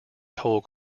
toll